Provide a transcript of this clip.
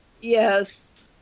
yes